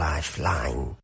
Lifeline